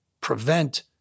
prevent